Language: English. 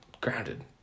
grounded